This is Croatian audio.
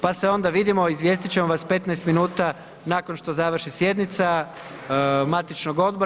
Pa se onda vidimo, izvijestiti ćemo vas 15 minuta nakon što završi sjednica matičnog odbora.